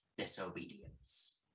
disobedience